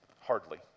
Hardly